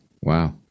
Wow